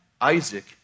Isaac